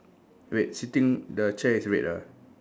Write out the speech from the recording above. wait sitting the chair is red ah